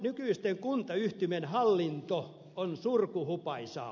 nykyisten kuntayhtymien hallinto on surkuhupaisaa